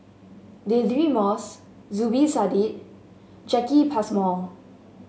Deirdre Moss Zubir Said Jacki Passmore